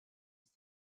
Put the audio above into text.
star